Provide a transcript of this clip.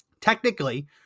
technically